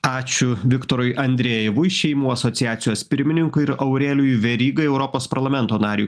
ačiū viktorui andrejevui šeimų asociacijos pirmininkui ir aurelijui verygai europos parlamento nariui